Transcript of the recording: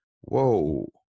Whoa